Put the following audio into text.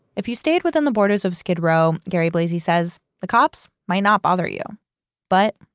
if you stayed within the borders of skid row, gary blasi says, the cops might not bother you but,